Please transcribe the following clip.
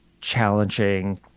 challenging